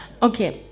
Okay